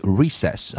recess